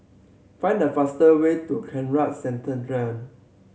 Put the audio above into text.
find the fast way to Conrad Centennial